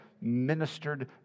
ministered